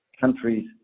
countries